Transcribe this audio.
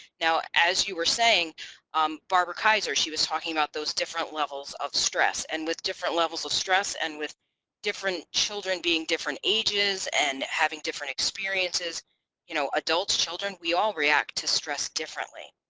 now as you were saying um barbara kaiser she was talking about those different levels of stress and with different levels of stress and with different children being different ages and having different experiences you know adults, children, we all react to stress differently.